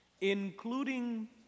including